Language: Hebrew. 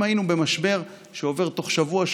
אם היינו במשבר שעובר תוך שבוע,